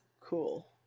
Cool